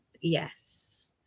Yes